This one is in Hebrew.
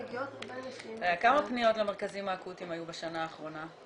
מגיעות הרבה נשים --- כמה פניות למרכזים האקוטיים היו בשנה האחרונה?